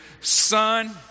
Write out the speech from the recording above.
son